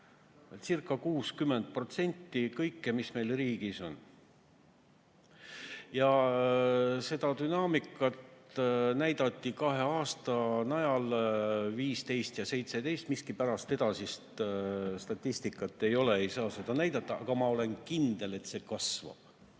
praegucirca60% kõigest, mis meil riigis on. Seda dünaamikat näidati kahe aasta najal: 2015 ja 2017. Miskipärast edasist statistikat ei ole, seda ei saa näidata, aga ma olen kindel, et see kasvab.